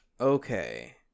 okay